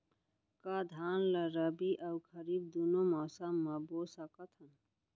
का धान ला रबि अऊ खरीफ दूनो मौसम मा बो सकत हन?